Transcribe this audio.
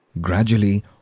Gradually